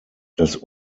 das